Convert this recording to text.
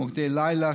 מוקדי לילה,